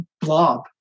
blob